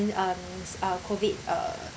um s~ uh COVID uh